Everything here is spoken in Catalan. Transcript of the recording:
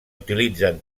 utilitzen